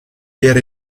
der